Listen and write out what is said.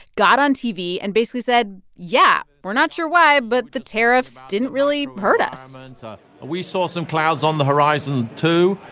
got on tv and basically said, yeah, we're not sure why, but the tariffs didn't really hurt us and we saw some clouds on the horizon too,